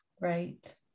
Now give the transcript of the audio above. Right